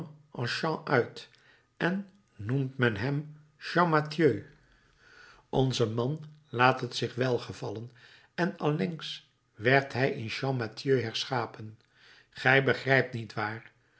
als chan uit en noemde men hem chan mathieu onze man laat het zich welgevallen en allengs werd hij in champmathieu herschapen gij begrijpt niet waar